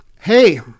hey